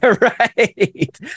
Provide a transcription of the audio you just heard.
Right